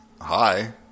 hi